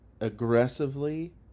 aggressively